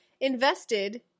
invested